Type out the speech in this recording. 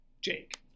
Jake